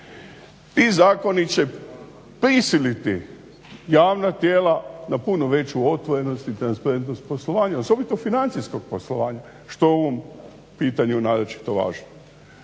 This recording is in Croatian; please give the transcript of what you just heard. I zakoni će prisiliti javna tijela na puno veću otvorenost i transparentnost poslovanja, osobito financijskog poslovanja što je u ovom pitanju naročito važno.